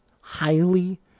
highly